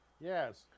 Yes